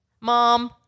Mom